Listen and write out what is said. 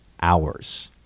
hours